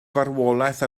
farwolaeth